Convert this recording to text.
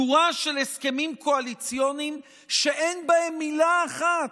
זאת שורה של הסכמים קואליציוניים שאין בהם מילה אחת,